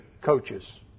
coaches